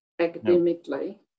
academically